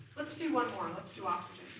let's do one more, and let's do oxygen.